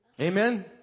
Amen